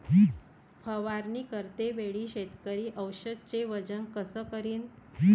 फवारणी करते वेळी शेतकरी औषधचे वजन कस करीन?